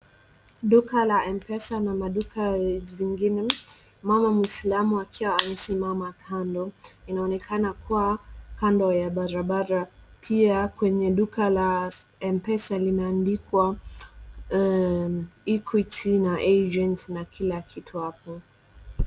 Duka la Mpesa na maduka zingine, mama muislamu akiwa amesimama kando. Inaonekana kuwa kando ya barabara ,pia kwenye duka la Mpesa limeeandikwa Equity na agent na kila kitu hapo.